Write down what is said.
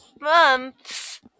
months